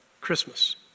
Christmas